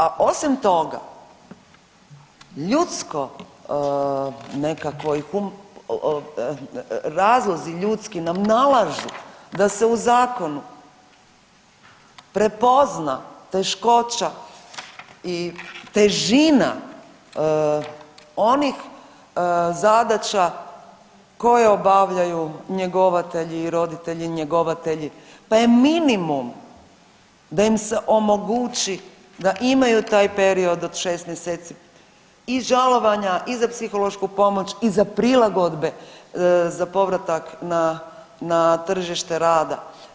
A osim toga, ljudsko nekakvo i .../nerazumljivo/... razlozi ljudski nam nalažu da se u zakonu prepozna teškoća i težina onih zadaća koje obavljaju njegovatelji i roditelji njegovatelji pa je minimum da im se omogući da imaju taj period od 6 mjeseci i žalovanja i za psihološku pomoć i za prilagodbe za povratak na tržište rada.